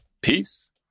peace